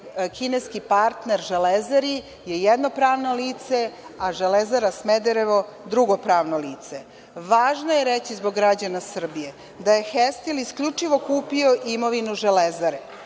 kineski partner „Železari“ je jedno pravno lice, a „Železara Smederevo“ drugo pravno lice. Važno je reći zbog građana Srbije da je „Hestil“ isključivo kupio imovinu „Železare“,